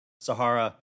Sahara